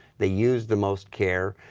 they use the most care.